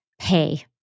pay